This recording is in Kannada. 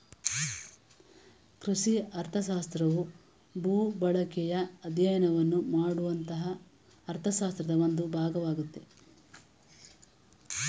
ಕೃಷಿ ಅರ್ಥಶಾಸ್ತ್ರವು ಭೂಬಳಕೆಯ ಅಧ್ಯಯನವನ್ನು ಮಾಡುವಂತಹ ಅರ್ಥಶಾಸ್ತ್ರದ ಒಂದು ಭಾಗವಾಗಯ್ತೆ